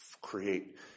create